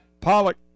Pollock